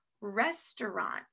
restaurant